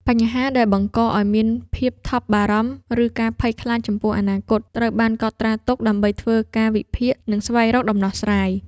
បញ្ហាដែលបង្កឱ្យមានភាពថប់បារម្ភ ឬការភ័យខ្លាចចំពោះអនាគត ត្រូវបានកត់ត្រាទុកដើម្បីធ្វើការវិភាគ និងស្វែងរកដំណោះស្រាយ។